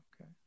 Okay